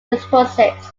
deposits